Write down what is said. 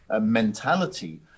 mentality